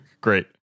great